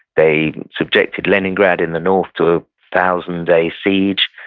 they subjected leningrad in the north to a thousand day siege.